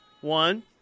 one